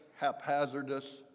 haphazardous